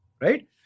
Right